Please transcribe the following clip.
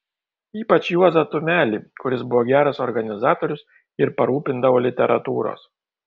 ypač juozą tumelį kuris buvo geras organizatorius ir parūpindavo literatūros